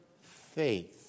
faith